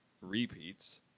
repeats